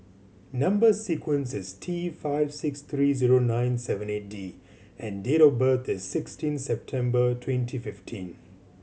number sequence is T five six three zero nine seven eight D and date of birth is sixteen September twenty fifteen